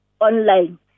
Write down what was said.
online